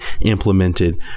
implemented